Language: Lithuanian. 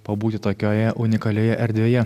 pabūti tokioje unikalioje erdvėje